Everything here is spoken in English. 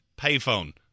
payphone